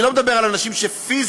אני לא מדבר על אנשים שפיזית